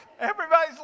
Everybody's